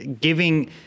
giving